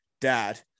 dad